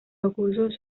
recursos